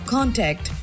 Contact